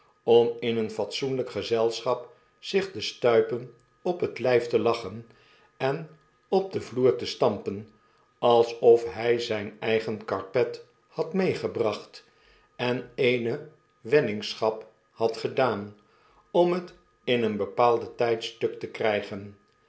om in een fatsoenlgk gezelschap zich de stuipen op het lyf te lachen en op den vloer te stampen alsof hg zgn eigen karpet had meegebracbt en eene weddingscnap had gedaan om het in een bepaalden tijd stuk te krggen